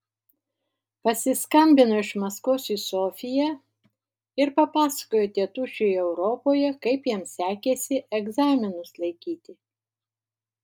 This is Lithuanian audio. pasiskambino iš maskvos į sofiją ir papasakojo tėtušiui europoje kaip jam sekėsi egzaminus laikyti